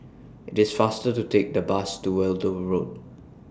IT IS faster to Take The Bus to Weld Road